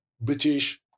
British